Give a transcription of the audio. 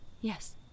Yes